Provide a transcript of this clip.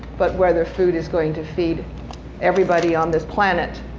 but whether food is going to feed everybody on this planet,